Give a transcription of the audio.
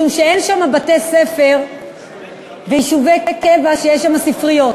משום שאין שם בתי-ספר ויישובי קבע שיש בהם ספריות,